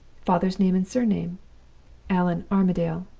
father's name and surname' allan armadale.